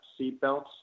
seatbelts